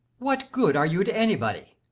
what good are you to anybody?